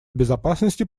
безопасности